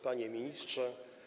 Panie Ministrze!